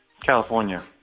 California